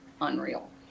unreal